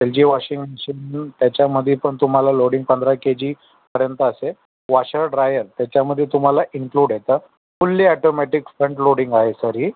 L G washing machine त्याच्यामध्ये पण तुम्हाला लोडिंग पंधरा के जीपर्यंत असे वॉशर ड्रायर त्याच्यामध्ये तुम्हाला इनक्लुड येतं फुल्ली ॲटोमॅटीक फ्रंट लोडींग आहे सर ही